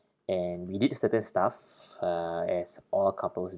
and we did certain stuff uh as all couples